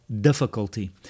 difficulty